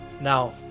Now